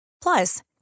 Plus